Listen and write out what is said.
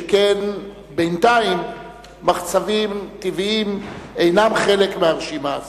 שכן בינתיים מחצבים טבעיים אינם חלק מהרשימה הזאת.